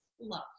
love